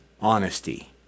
honesty